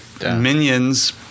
minions